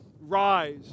rise